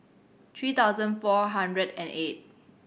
three thousand four hundred and eight